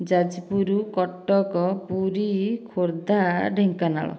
Jajpur Cuttack Puri Khordha Dhenkanal